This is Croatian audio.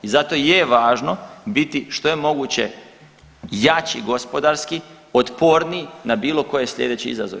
I zato je važno biti što je moguće jači gospodarski, otporniji na bilo koje slijedeće izazove.